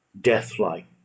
death-like